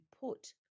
put